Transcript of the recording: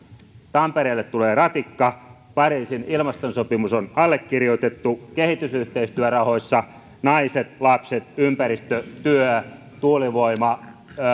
tampereelle tulee ratikka pariisin ilmastosopimus on allekirjoitettu kehitysyhteistyörahoissa naiset lapset ympäristö työ tuulivoima